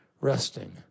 resting